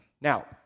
Now